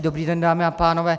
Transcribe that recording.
Dobrý den, dámy a pánové.